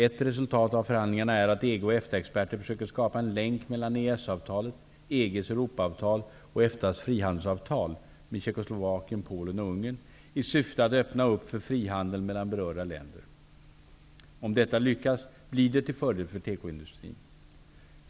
Ett resultat av förhandlingarna är att EG och EFTA-experter försöker skapa en länk mellan EES-avtalet, EG:s Europa-avtal och Polen och Ungern i syfte att öppna upp för frihandel mellan berörda länder. Om detta lyckas blir det till fördel för tekoindustrin.